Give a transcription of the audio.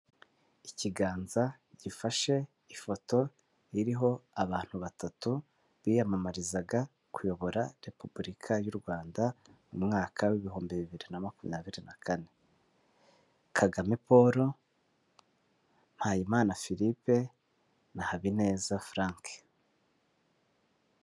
Ikiganza gifashe ifoto iriho abantu batatu biyamamarizaga kuyobora repubulika y'u Rwanda mu mwaka w'ibihumbi bibiri na makumyabiri na kane. Kagame Paul, Mpayimana Philippe na Habineza Frank.